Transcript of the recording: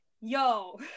yo